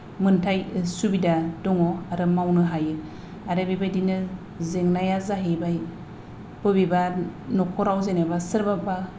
मोन्थाय सुबिदा दङ आरो मावनो हायो आरो बेबायदिनो जेंनाया जाहैबाय बबेबा नखराव जेनेबा सोरबाबा